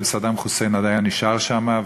אם סדאם חוסיין עוד היה נשאר שם,